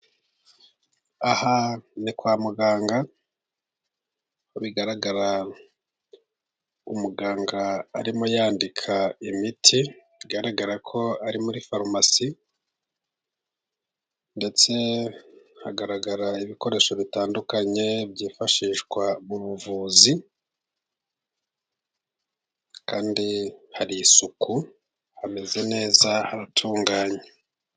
Aha ni kwa muganga uko bigaragara umuganga arimo yandika imiti, bigaragara ko ari muri farumasi, ndetse hagaragara ibikoresho bitandukanye byifashishwa mu buvuzi, kandi hari isuku, hameze neza, haratunganye.